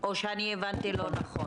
או שאני הבנתי לא נכון.